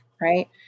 right